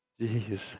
Jeez